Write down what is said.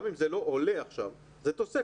גם אם זה לא עולה עכשיו, זה תוספת.